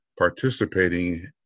participating